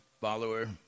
follower